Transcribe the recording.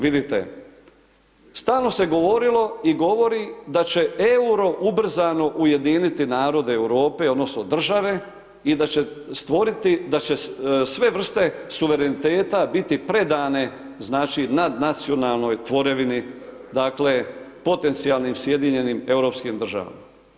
Vidite, stalno se govorilo i govori da će euro ubrzano ujediniti narode Europe, odnosno, države i da će stvoriti, da će sve vrste suvereniteta biti predane nadnacionalnoj tvorevini, dakle, potencijalnim sjedinjenim europskim državama.